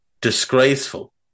disgraceful